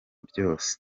byose